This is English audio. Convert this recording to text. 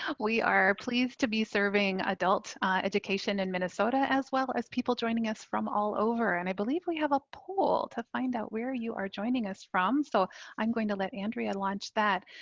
ah we are pleased to be serving adult education in minnesota as well as people joining us from all over. and i believe we have a poll to find out where you are joining us from. so i'm going to let andrea launch that.